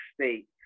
state